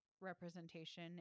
representation